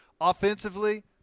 offensively